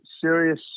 serious